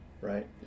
right